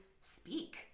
speak